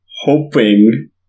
hoping